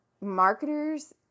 marketers